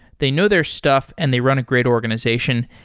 they know their stuff and they run a great organization.